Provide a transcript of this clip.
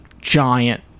giant